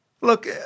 Look